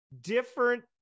different –